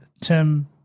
Tim